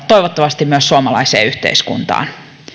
toivottavasti myös suomalaiseen yhteiskuntaan